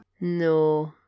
No